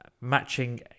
matching